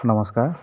নমস্কাৰ